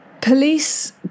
police